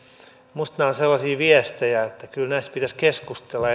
minusta nämä ovat sellaisia viestejä että kyllä näistä pitäisi keskustella